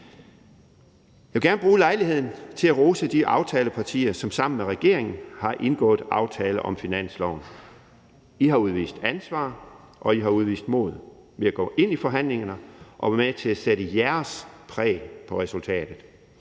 Jeg vil gerne bruge lejligheden til at rose de aftalepartier, som sammen med regeringen har indgået aftale om finansloven. I har udvist ansvar, og I har udvist mod ved at gå ind i forhandlingerne og være med til at sætte jeres præg på resultatet.